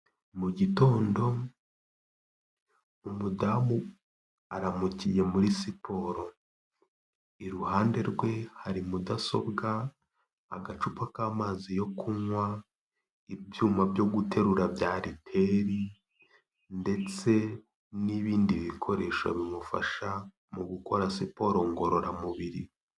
Mu gitondo, umudamu aramukiye muri siporo. Iruhande rwe hari mudasobwa, agacupa k'amazi yo kunywa, ibyuma byo guterura bya ariteri ndetse n'ibindi bikoresho bimufasha mu gukora siporo ngororamubiri.